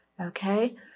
Okay